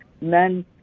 Men